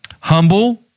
Humble